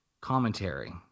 commentary